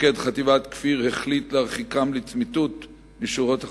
מפקד חטיבת כפיר החליט להרחיקם לצמיתות משורות החטיבה.